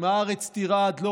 אם הארץ תרעד,